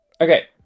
Okay